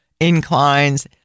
inclines